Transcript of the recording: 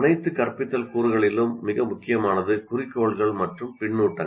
அனைத்து கற்பித்தல் கூறுகளிலும் மிக முக்கியமானது 'குறிக்கோள்கள் மற்றும் பின்னூட்டங்கள்